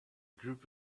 group